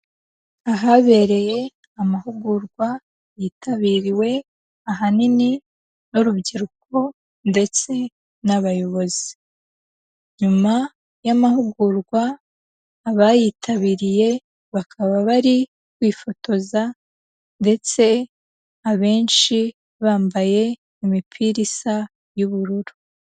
Ahabereye amahugurwa yitabiriwe ahanini n'urubyiruko ndetse n'abayobozi, nyuma y'amahugurwa, abayitabiriye bakaba bari kwifotoza ndetse abenshi bambaye imipira isa y'ubururu.